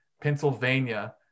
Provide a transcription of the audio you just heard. Pennsylvania